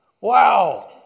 Wow